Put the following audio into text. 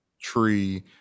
tree